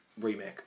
remake